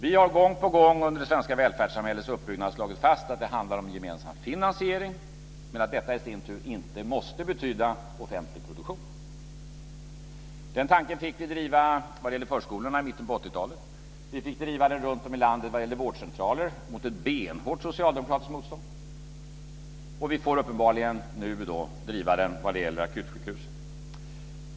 Vi har gång på gång under det svenska välfärdssamhällets uppbyggnad slagit fast att det handlar om gemensam finansiering men att detta i sin tur inte måste betyda offentlig produktion. Den tanken fick vi driva vad gäller förskolorna i mitten av 80-talet. Vi fick driva den runtom i landet vad gäller vårdcentraler mot ett benhårt socialdemokratiskt motstånd. Nu får vi uppenbarligen driva den vad gäller akutsjukhusen.